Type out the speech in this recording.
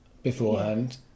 beforehand